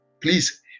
please